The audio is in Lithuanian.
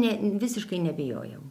ne visiškai nebijojau